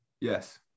Yes